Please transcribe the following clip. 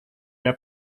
der